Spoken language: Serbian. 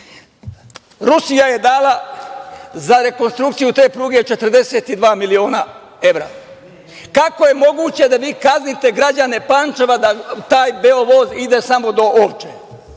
je dala za rekonstrukciju te pruge 42 miliona evra. Kako je moguće da vi kaznite građane Pančeva da taj „Beovoz“ ide samo do Ovče?